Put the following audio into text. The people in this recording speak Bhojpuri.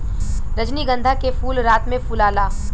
रजनीगंधा के फूल रात में फुलाला